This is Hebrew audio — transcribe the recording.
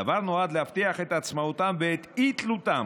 הדבר נועד להבטיח את עצמאותם ואת אי-תלותם,